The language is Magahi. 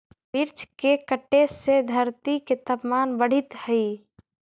वृक्ष के कटे से धरती के तपमान बढ़ित हइ